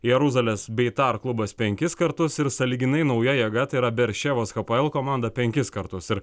jeruzalės bei tar klubas penkis kartus ir sąlyginai nauja jėga tai yra berševos hapoel komanda penkis kartus ir